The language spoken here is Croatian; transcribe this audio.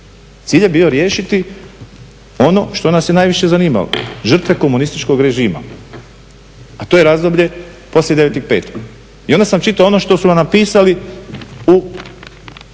Cilj je bio riješiti ono što nas je najviše zanimalo, žrtve komunističkog režima. A to je razdoblje poslije 9.5. I onda sam čitao ono što su nam napisali u